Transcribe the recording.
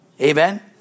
Amen